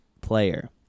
player